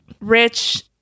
rich